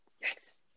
Yes